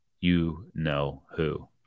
you-know-who